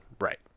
Right